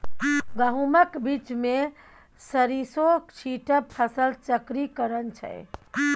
गहुमक बीचमे सरिसों छीटब फसल चक्रीकरण छै